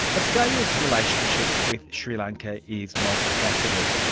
australia's relationship with sri lanka is multifaceted.